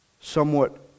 somewhat